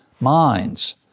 minds